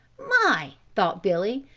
my! thought billy,